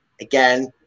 again